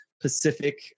Pacific